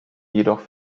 jedoch